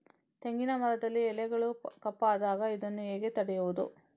ತೆಂಗಿನ ಮರದಲ್ಲಿ ಎಲೆಗಳು ಕಪ್ಪಾದಾಗ ಇದನ್ನು ಹೇಗೆ ತಡೆಯುವುದು?